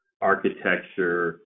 architecture